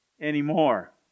anymore